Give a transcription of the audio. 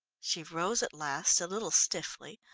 she rose at last a little stiffly,